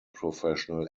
professional